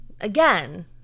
again